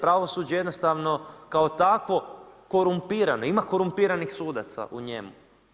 Pravosuđe jednostavno kao takvo korumpirano, ima korumpiranih sudaca u njemu.